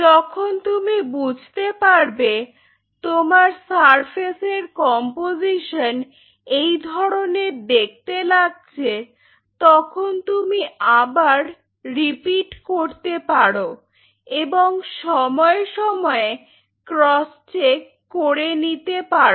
যখন তুমি বুঝতে পারবে তোমার সারফেসের কম্পোজিশন এই ধরনের দেখতে লাগছে তখন তুমি আবার রিপিট করতে পারো এবং সময়ে সময়ে ক্রস চেক করে নিতে পারো